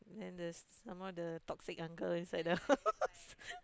then the some more the toxic uncle inside the house